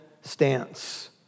stance